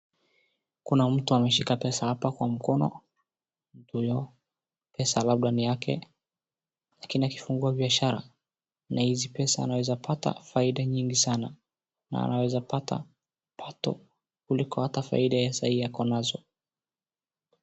Kuna mtu ameshika pesa hapa kwa mkono. Mtu huyo pesa labda ni yake lakini akifungua biashara na hizi pesa anaeza pata faida nyingi sana na anaweza pata pato kuliko hata faida ya saa hii ako nazo.